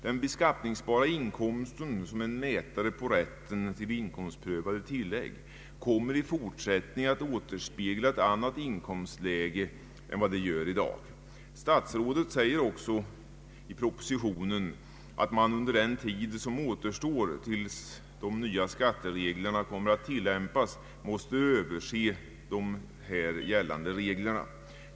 Den beskattningsbara inkomsten såsom en mätare av rätten till inkomstprövat tillägg kommer i fortsättningen att återspegla ett annat inkomstläge än den gör i dag. Statsrådet säger också i propositionen att man under den tid som återstår tills de nya skattereglerna kommer att tillämpas måste överse nu gällande regler.